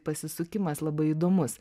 pasisukimas labai įdomus